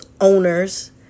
owners